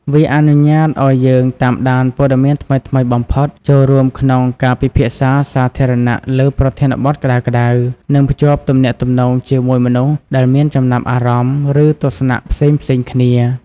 វាអនុញ្ញាតឱ្យយើងតាមដានព័ត៌មានថ្មីៗបំផុត ចូលរួមក្នុងការពិភាក្សាសាធារណៈលើប្រធានបទក្តៅៗ និងភ្ជាប់ទំនាក់ទំនងជាមួយមនុស្សដែលមានចំណាប់អារម្មណ៍ ឬទស្សនៈផ្សេងៗគ្នា។